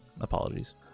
Apologies